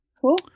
Cool